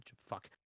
Fuck